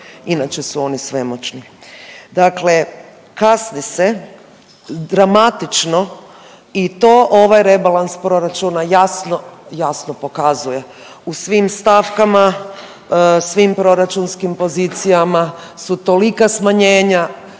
inače su oni svemoćni. Dakle, kasni se dramatično i to ovaj rebalans proračuna jasno, jasno pokazuje. U svim stavkama, svim proračunskim pozicijama su tolika smanjenja